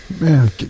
man